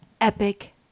epic